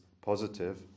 positive